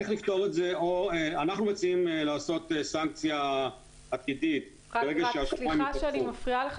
אנחנו מציעים לעשות סנקציה עתידית -- סליחה שאני מפריעה לך,